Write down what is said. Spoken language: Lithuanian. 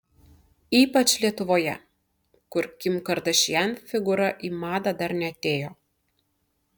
ypač lietuvoje kur kim kardashian figūra į madą dar neatėjo